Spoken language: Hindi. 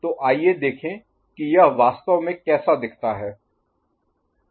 तो आइए देखें कि यह वास्तव में कैसा दिखता है